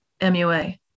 MUA